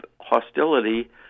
hostility